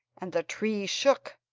and the tree shook,